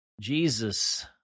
Jesus